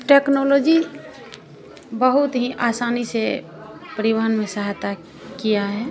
technology बहुत ही आसानी से परिवहन में सहायता किया है